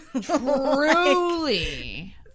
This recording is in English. Truly